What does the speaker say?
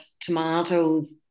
tomatoes